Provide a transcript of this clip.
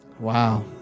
Wow